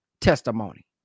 testimony